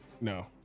No